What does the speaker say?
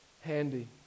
handy